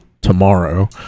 tomorrow